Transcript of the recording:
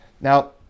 Now